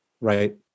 right